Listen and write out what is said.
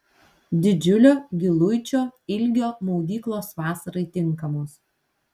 didžiulio giluičio ilgio maudyklos vasarai tinkamos